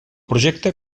projecte